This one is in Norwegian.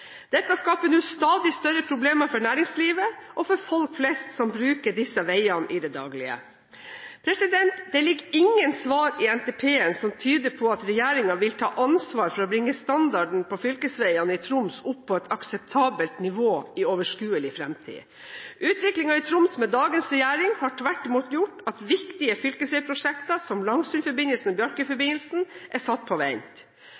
Dette skaper nå stadig større problemer for næringslivet, og for folk flest, som bruker disse veiene i det daglige. Det ligger ingen svar i NTP-en som tyder på at regjeringen vil ta ansvar for å bringe standarden på fylkesveiene i Troms opp på et akseptabelt nivå i overskuelig fremtid. Utviklingen i Troms med dagens regjering har tvert imot gjort at viktige fylkesveiprosjekter, som Langsundforbindelsen og Bjarkøyforbindelsen, er satt på vent.